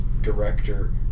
director